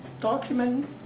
document